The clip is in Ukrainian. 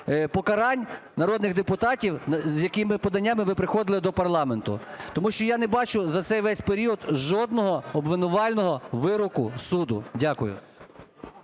покарань народних депутатів, з якими поданнями ви приходили до парламенту. Тому що я не бачу за цей весь період жодного обвинувального вироку суду. Дякую.